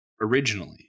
originally